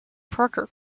parker